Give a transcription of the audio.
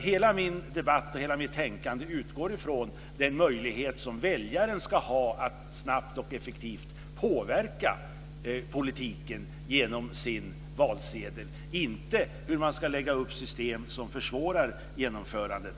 Hela mitt resonemang och tänkande utgår nämligen från väljarens möjlighet att snabbt och effektivt påverka politiken genom sin valsedel, inte att lägga upp system som försvårar genomförandet.